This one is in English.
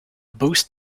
boost